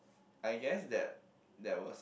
I guess that that was